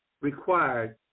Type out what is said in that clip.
required